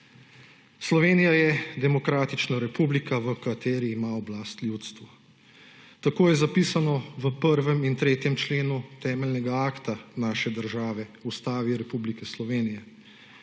Slovenija je demokratična republika, v kateri ima oblast ljudstvo. Tako je zapisano v 1. in 3. členu temeljnega akta naše države, v Ustavi Republike Slovenije.